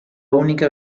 única